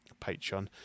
Patreon